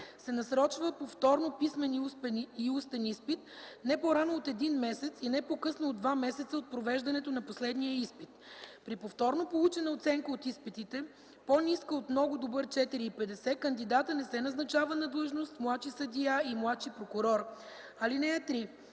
се насрочва повторно писмен и устен изпит не по-рано от един месец и не по-късно от два месеца от провеждането на последния изпит. При повторно получена оценка от изпитите, по-ниска от много добър „4,50”, кандидатът не се назначава на длъжност младши съдия и младши прокурор. (3)